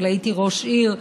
אבל הייתי ראש עיר,